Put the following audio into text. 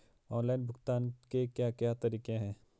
Online भुगतान के क्या क्या तरीके हैं?